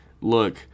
look